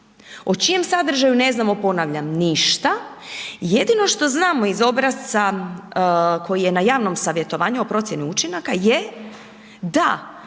o čijem sadržaju ne znamo ponavljam ništa, jedino što znamo iz obrasca koji je na javnom savjetovanju o procjeni učinaka je da